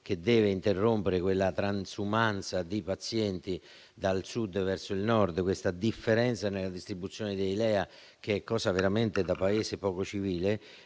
che deve interrompere quella transumanza di pazienti dal Sud verso il Nord, questa differenza nella distribuzione dei LEA, che è cosa veramente da Paese poco civile,